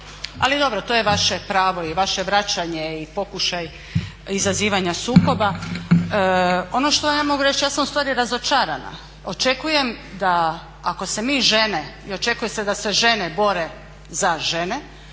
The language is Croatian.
Ali dobro, to je vaše pravo i vaše vraćanje i pokušaj izazivanja sukoba. Ono što ja mogu reći, ja sam u stvari razočarana. Očekujem da ako se mi žene i očekuje se da se žene bore za žene,